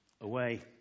away